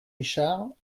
richard